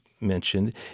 mentioned